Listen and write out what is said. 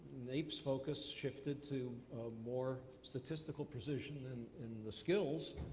naep's focus shifted to more statistical position and in the skills,